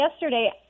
yesterday